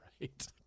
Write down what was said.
right